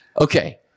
Okay